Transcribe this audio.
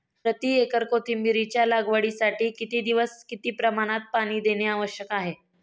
प्रति एकर कोथिंबिरीच्या लागवडीसाठी किती दिवस किती प्रमाणात पाणी देणे आवश्यक आहे?